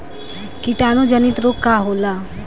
कीटाणु जनित रोग का होला?